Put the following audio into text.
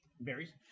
berries